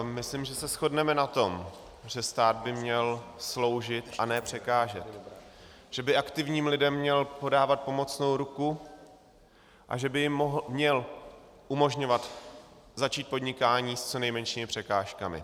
Myslím, že se shodneme na tom, že stát by měl sloužit a ne překážet, že by aktivním lidem měl podávat pomocnou ruku a že by jim měl umožňovat začít podnikání s co nejmenšími překážkami.